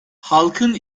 halkın